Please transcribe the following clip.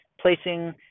placing